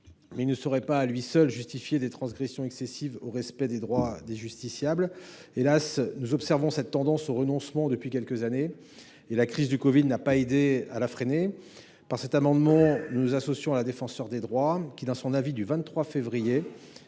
mais il ne saurait à lui seul justifier des transgressions excessives par rapport au respect des droits des justiciables. Hélas, nous observons cette tendance au renoncement depuis quelques années. Et la crise du covid 19 n’a pas aidé à la freiner. Par cet amendement, nous nous associons à la Défenseure des droits, qui, dans son avis du 23 février